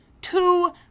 Two